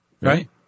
right